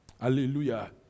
Hallelujah